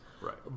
Right